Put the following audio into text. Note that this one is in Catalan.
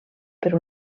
per